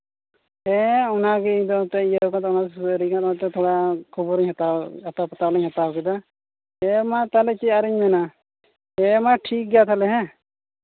ᱦᱮᱸ ᱚᱱᱟ ᱜᱮ ᱤᱧ ᱫᱚ ᱱᱤᱛᱚᱜ ᱤᱭᱟᱹ ᱠᱟᱫᱟ ᱥᱩᱥᱟᱹᱨᱤᱭᱟᱹ ᱠᱟᱱᱛᱮ ᱛᱷᱚᱲᱟ ᱠᱷᱚᱵᱚᱨ ᱤᱧ ᱦᱟᱛᱟᱣ ᱟᱛᱟᱯᱟᱛᱟᱧ ᱦᱟᱛᱟᱣ ᱠᱮᱫᱟ ᱦᱮᱸ ᱢᱟ ᱛᱟᱦᱚᱞᱮ ᱪᱮᱫ ᱟᱨᱤᱧ ᱢᱮᱱᱟ ᱦᱮᱸᱢᱟ ᱴᱷᱤᱠ ᱜᱮᱭᱟ ᱛᱟᱦᱚᱞᱮ ᱦᱮᱸ